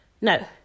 no